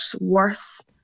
worse